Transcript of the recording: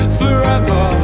forever